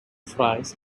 fries